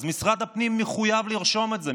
אז משרד הפנים מחויב לרשום את זה,